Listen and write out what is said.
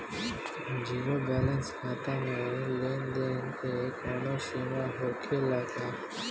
Zero balance खाता में लेन देन के कवनो सीमा होखे ला का?